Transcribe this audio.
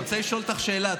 אני רוצה לשאול אותך שאלה,